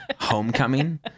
Homecoming